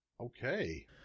Okay